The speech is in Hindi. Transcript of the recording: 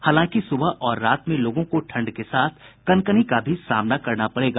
हालांकि सुबह और रात में लोगों को ठंड के साथ कनकनी का भी सामना करना पड़ेगा